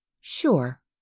Sure